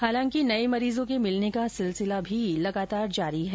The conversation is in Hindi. हालांकि नए मरीजों के मिलने का सिलसिला लगातार जारी है